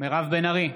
מירב בן ארי,